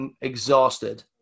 exhausted